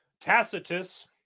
Tacitus